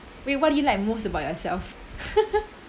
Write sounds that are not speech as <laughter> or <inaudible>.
wait what do you like most about yourself <laughs>